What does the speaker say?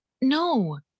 no